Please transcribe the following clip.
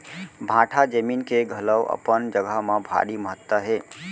भाठा जमीन के घलौ अपन जघा म भारी महत्ता हे